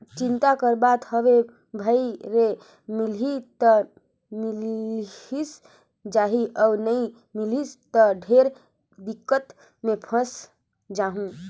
चिंता कर बात हवे भई रे मिलही त मिलिस जाही अउ नई मिलिस त ढेरे दिक्कत मे फंयस जाहूँ